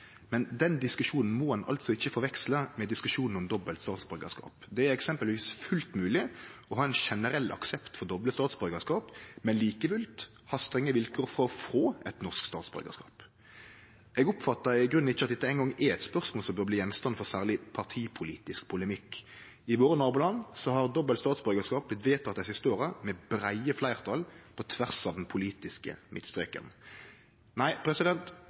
men den diskusjonen må ein ikkje forveksle med diskusjonen om dobbelt statsborgarskap. Det er eksempelvis fullt mogleg å ha ein generell aksept for doble statsborgarskap, men like fullt ha strenge vilkår for å få eit norsk statsborgarskap. Eg oppfattar i grunnen ikkje at dette eingong er eit spørsmål som bør bli gjenstand for særleg partipolitisk polemikk. I nabolanda våre har dobbelt statsborgarskap dei siste åra vorte vedteken med breie fleirtal på tvers av den politiske midtstreken. Nei,